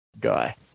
guy